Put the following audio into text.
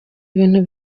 ibintu